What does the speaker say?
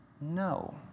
no